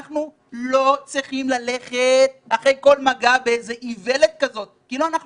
אנחנו לא צריכים ללכת אחרי כל מגע באיזו איוולת כזו כאילו אנחנו